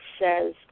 says